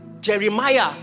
Jeremiah